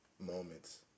moments